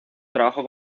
trabajo